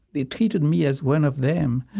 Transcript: they treated me as one of them.